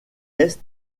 est